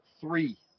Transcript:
three